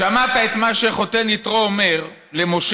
שמעת את מה שחותן יתרו אומר למשה: